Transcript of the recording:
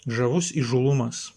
žavus įžūlumas